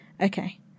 Okay